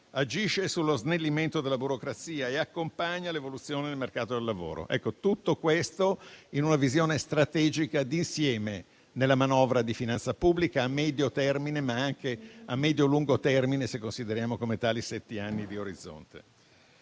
agisce sullo snellimento della burocrazia e accompagna l'evoluzione del mercato del lavoro. Tutto questo in una visione strategica di insieme della manovra di finanza pubblica a medio termine, ma anche a medio - lungo termine, se consideriamo come tali sette anni di orizzonte.